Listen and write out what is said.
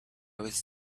was